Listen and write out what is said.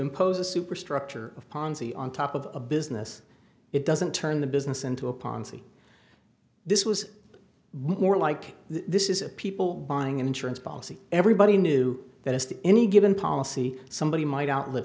impose a superstructure of ponzi on top of a business it doesn't turn the business into a ponzi this was more like this is a people buying insurance policy everybody knew that as to any given policy somebody might outlive